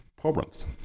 problems